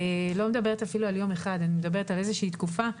אני לא מדברת על יום אחד אלא על איזו שהיא תקופה,